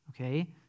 Okay